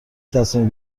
تصمیم